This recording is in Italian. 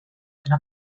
fino